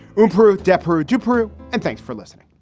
improve desperate to prove. and thanks for listening